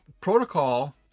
protocol